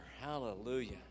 hallelujah